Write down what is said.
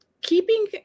keeping